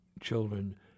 children